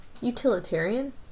utilitarian